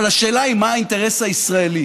אבל השאלה היא מה האינטרס הישראלי.